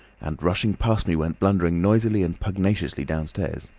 and rushing past me went blundering noisily and pugnaciously downstairs.